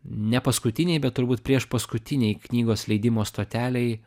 ne paskutinėj bet turbūt priešpaskutinėj knygos leidimo stotelėj